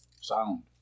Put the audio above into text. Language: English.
sound